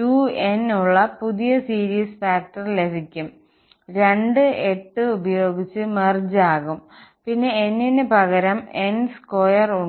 2n ഉള്ള പുതിയ series factor ലഭിക്കും 2 8 ഉപയോഗിച്ച് മെർജ് ആകും പിന്നെ n ന് പകരം n2 ഉണ്ട്